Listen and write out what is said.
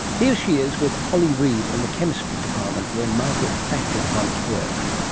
here she is with holly reeve in the chemistry department where margaret thatcher once worked.